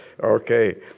okay